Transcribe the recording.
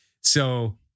So-